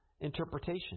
interpretation